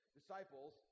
disciples